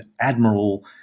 Admiral